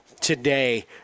today